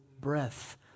breath